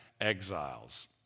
exiles